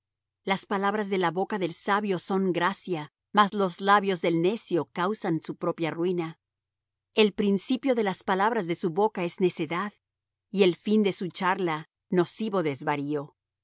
las palabras de la boca del sabio son gracia mas los labios del necio causan su propia ruina el principio de las palabras de su boca es necedad y el fin de su charla nocivo desvarío